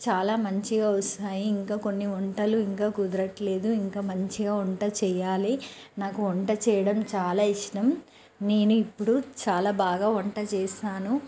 చాలా మంచిగా వస్తాయి ఇంకా కొన్ని వంటలు ఇంకా కుదరటం లేదు ఇంకా మంచిగా వంట చెయ్యాలి నాకు వంట చేయడం చాలా ఇష్టం నేను ఇప్పుడు చాలా బాగా వంట చేస్తాను